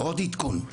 עוד עדכון,